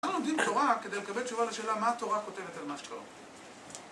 לא לומדים תורה כדי לקבל תשובה לשאלה מה התורה כותבת על מה שקורה